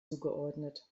zugeordnet